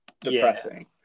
depressing